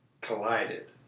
collided